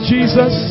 Jesus